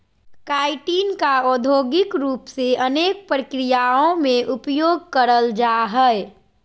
chitin का औद्योगिक रूप से अनेक प्रक्रियाओं में उपयोग करल जा हइ